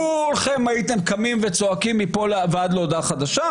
כולכם הייתם קמים וצועקים מפה ועד הודעה חדשה,